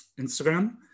Instagram